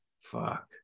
fuck